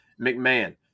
McMahon